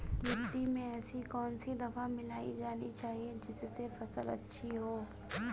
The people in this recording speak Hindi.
मिट्टी में ऐसी कौन सी दवा मिलाई जानी चाहिए जिससे फसल अच्छी हो?